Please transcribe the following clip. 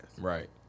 Right